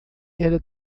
era